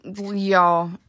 y'all